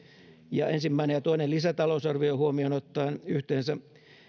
ja ensimmäinen ja toinen lisätalousarvio huomioon ottaen yhteensä